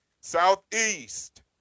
Southeast